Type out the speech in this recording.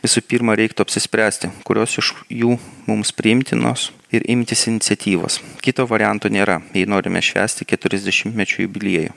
visų pirma reiktų apsispręsti kurios iš jų mums priimtinos ir imtis iniciatyvos kito varianto nėra jei norime švęsti keturiasdešimtmečio jubiliejų